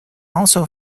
also